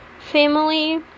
family